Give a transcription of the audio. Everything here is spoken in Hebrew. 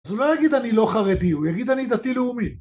אז הוא לא יגיד אני לא חרדי, הוא יגיד אני דתי לאומי